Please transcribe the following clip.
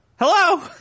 hello